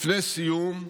לפני סיום,